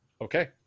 Okay